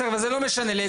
זה לא משנה לעצם הדיון.